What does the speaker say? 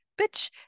bitch